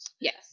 Yes